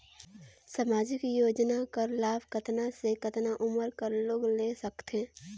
समाजिक योजना कर लाभ कतना से कतना उमर कर लोग ले सकथे?